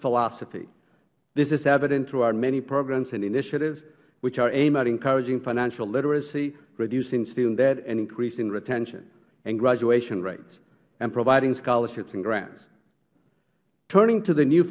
philosophy this is evident through our many programs and initiatives which are aimed at encouraging financial literacy reducing student debt and increasing retention and graduation rates and providing scholarships and grants turning to the new